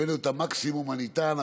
הבאנו את המקסימום הניתן,